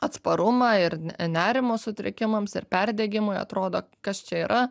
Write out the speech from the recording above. atsparumą ir nerimo sutrikimams ir perdegimui atrodo kas čia yra